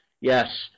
Yes